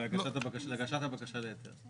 להגשת הבקשה להיתר.